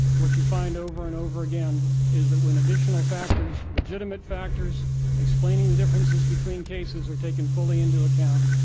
what you find over and over again is that when additional factors, legitimate factors explaining the differences between cases are taken fully into account,